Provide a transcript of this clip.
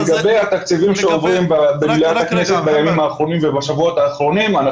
לגבי התקציבים שעוברים בימים האחרונים ובשבועות האחרונים,